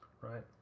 right